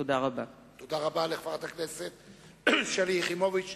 תודה רבה לחברת הכנסת שלי יחימוביץ.